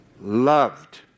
loved